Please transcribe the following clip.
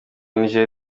niger